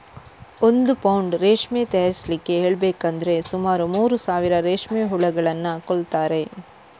ಒಂದು ಪೌಂಡ್ ರೇಷ್ಮೆ ತಯಾರಿಸ್ಲಿಕ್ಕೆ ಹೇಳ್ಬೇಕಂದ್ರೆ ಸುಮಾರು ಮೂರು ಸಾವಿರ ರೇಷ್ಮೆ ಹುಳುಗಳನ್ನ ಕೊಲ್ತಾರೆ